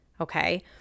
okay